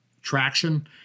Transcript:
traction